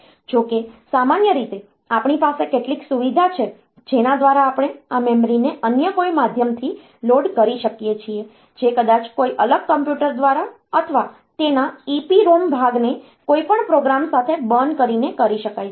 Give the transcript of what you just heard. જો કે સામાન્ય રીતે આપણી પાસે કેટલીક સુવિધા છે જેના દ્વારા આપણે આ મેમરીને અન્ય કોઈ માધ્યમથી લોડ કરી શકીએ છીએ જે કદાચ કોઈ અલગ કોમ્પ્યુટર દ્વારા અથવા તેના EPROM ભાગને કોઈપણ પ્રોગ્રામ સાથે બર્ન કરીને કરી શકાય છે